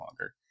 longer